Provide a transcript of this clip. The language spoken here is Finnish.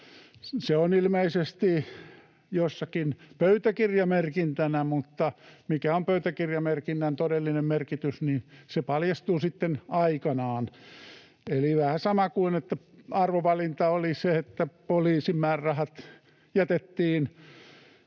Se on ilmeisesti jossakin pöytäkirjamerkintänä, mutta se, mikä on pöytäkirjamerkinnän todellinen merkitys, paljastuu sitten aikanaan. Eli vähän sama kuin se arvovalinta, että poliisin määrärahat jätettiin